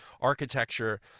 architecture